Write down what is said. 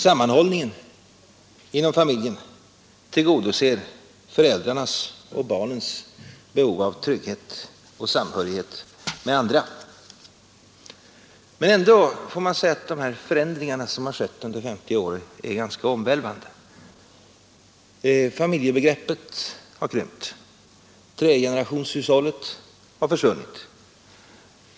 Sammanhållningen inom familjen tillgodoser föräldrarnas och barnens behov av trygghet och samhörighet med andra. Men ändå får man säga att de förändringar som skett under 50 år är ganska omvälvande. Familjebegreppet har krympt. Tregenerationshushållet har försvunnit.